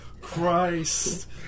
Christ